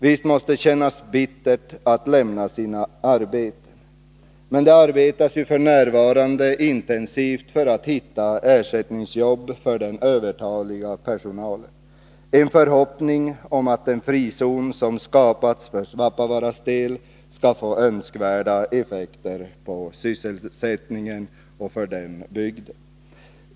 Visst måste det kännas bittert att lämna sitt arbete, men det arbetas f. n. intensivt för att hitta ersättningsjobb för den övertaliga personalen. Det finns en förhoppning om att den frizon som skapats för Svappavaaras del skall få önskvärda effekter på sysselsättningen och för den bygden.